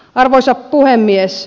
arvoisa puhemies